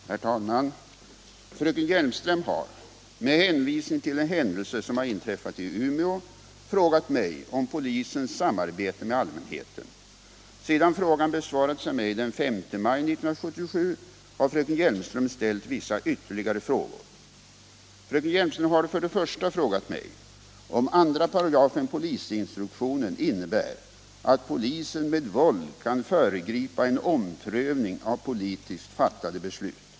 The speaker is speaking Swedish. Herr talman! Fröken Hjelmström har — med hänvisning till en händelse som har inträffat i Umeå — frågat mig om polisens samarbete med allmänheten. Sedan frågan besvarats av mig den 5 maj 1977 har fröken Hjelmström ställt vissa ytterligare frågor. Fröken Hjelmström har för det första frågat mig om 2 § polisinstruktionen innebär att polisen med våld kan föregripa en omprövning av politiskt fattade beslut.